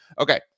Okay